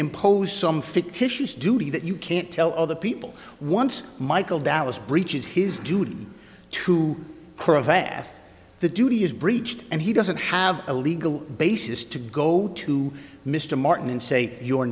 impose some fictitious duty that you can't tell other people once michael dallas breaches his duty to provide bath the duty is breached and he doesn't have a legal basis to go to mr martin and say you